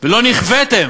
ולא נכוויתם,